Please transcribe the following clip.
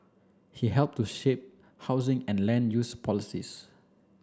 he helped to shape housing and land use policies